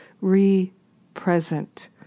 re-present